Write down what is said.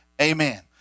Amen